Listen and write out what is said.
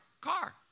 car